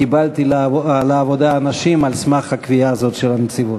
קיבלתי לעבודה אנשים על סמך הקביעה הזאת של הנציבות.